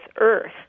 earth